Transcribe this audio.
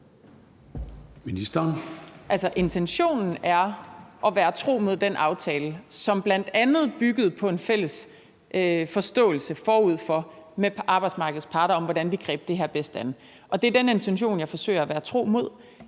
intentionen er at være tro mod den aftale, som bl.a. byggede på en fælles forståelse forud for den med arbejdsmarkedets parter, i forhold til hvordan vi griber det her bedst an. Og det er den intention, jeg forsøger at være tro mod.